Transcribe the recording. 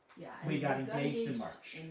yeah we got engaged in march.